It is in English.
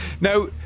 Now